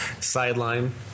sideline